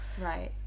right